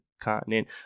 continent